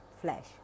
flesh